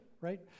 right